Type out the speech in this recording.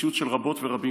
וזו מציאות של רבות ורבים.